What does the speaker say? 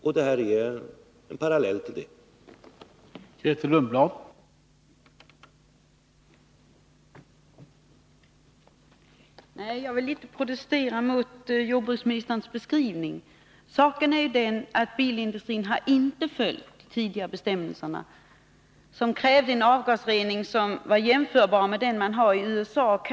Och detta är en parallell till det beslutet.